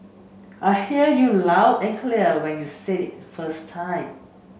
I hear you loud and clear when you said it first time